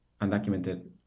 undocumented